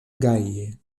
gaje